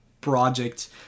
project